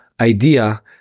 idea